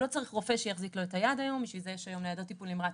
של חברי הכנסת עידית סילמן, טטיאנה מזרצקי,